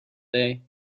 day